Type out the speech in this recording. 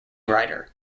rider